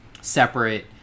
separate